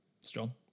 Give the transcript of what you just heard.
strong